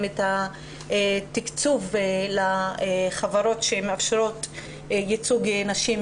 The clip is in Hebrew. את התקצוב לחברות שמאפשרות יותר ייצוג נשים,